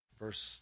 Verse